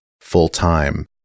full-time